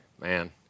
Man